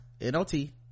n-o-t